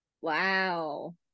Wow